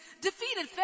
Defeated